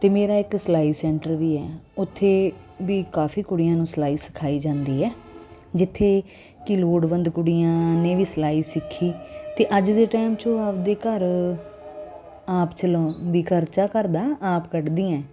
ਅਤੇ ਮੇਰਾ ਇੱਕ ਸਿਲਾਈ ਸੈਂਟਰ ਵੀ ਹੈ ਉੱਥੇ ਵੀ ਕਾਫੀ ਕੁੜੀਆਂ ਨੂੰ ਸਿਲਾਈ ਸਿਖਾਈ ਜਾਂਦੀ ਹੈ ਜਿੱਥੇ ਕਿ ਲੋੜਵੰਦ ਕੁੜੀਆਂ ਨੇ ਵੀ ਸਿਲਾਈ ਸਿੱਖੀ ਅਤੇ ਅੱਜ ਦੇ ਟਾਈਮ 'ਚ ਉਹ ਆਪਦੇ ਘਰ ਆਪ ਚਲਾਓ ਵੀ ਖਰਚਾ ਘਰ ਦਾ ਆਪ ਕੱਢਦੀਆਂ